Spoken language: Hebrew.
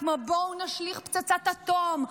כמו: בואו נשליך פצצת אטום,